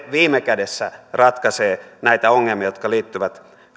viime kädessä ratkaisee näitä ongelmia jotka liittyvät